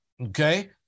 Okay